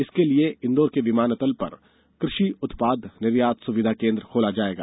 इसके लिए इंदौर के विमानतल पर कृषि उत्पाद निर्यात सूविधा केंद्र खोला जाएगा